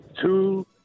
two